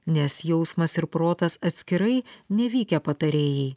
nes jausmas ir protas atskirai nevykę patarėjai